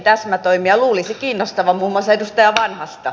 luulisi kiinnostavan muun muassa edustaja vanhasta